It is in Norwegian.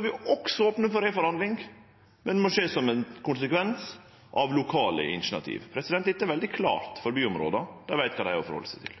vi også opne for reforhandling, men det må skje som ein konsekvens av lokale initiativ. Dette er veldig klart for byområda, dei veit kva dei har å halde seg til.